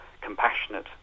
compassionate